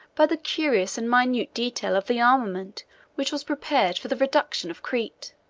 by the curious and minute detail of the armament which was prepared for the reduction of crete.